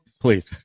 Please